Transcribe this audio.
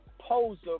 poser